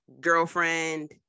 girlfriend